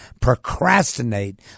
procrastinate